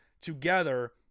together